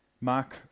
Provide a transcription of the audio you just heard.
Mark